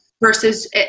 versus